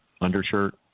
undershirt